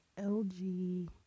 LG